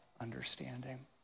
understanding